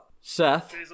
Seth